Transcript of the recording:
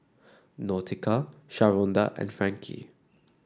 Nautica Sharonda and Frankie